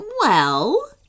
Well